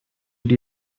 die